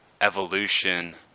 evolution